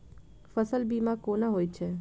फसल बीमा कोना होइत छै?